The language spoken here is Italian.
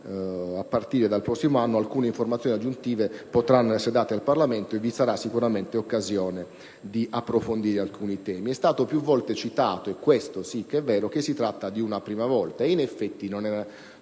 a partire dal prossimo anno, alcune informazioni aggiuntive potranno essere date al Parlamento e vi sarà sicuramente occasione di approfondire alcuni temi. È stato più volte citato - questo sì che è vero - che si tratta di una prima volta. In effetti non si